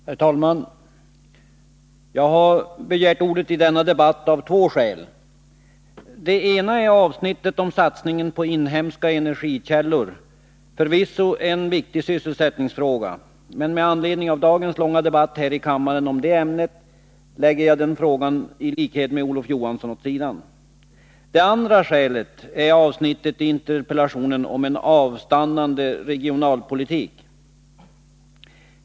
Herr talman! Jag har begärt ordet i denna debatt av två skäl. Det ena är avsnittet om satsningen på inhemska energikällor, förvisso en viktig sysselsättningsfråga. Men med anledning av dagens långa debatt här i kammaren om det ämnet lägger jag i likhet med Olof Johansson den frågan åt sidan. Det andra skälet är avsnittet i interpellationen om en avstannande regionalpolitik.